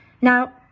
Now